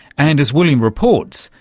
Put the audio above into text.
and, as william reports,